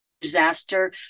disaster